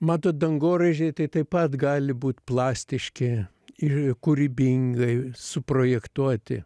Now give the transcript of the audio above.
matot dangoraižiai tai taip pat gali būt plastiški ir kūrybingai suprojektuoti